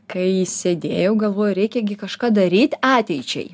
kai sėdėjau galvojau reikia gi kažką daryt ateičiai